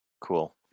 Cool